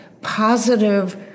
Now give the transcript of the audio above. positive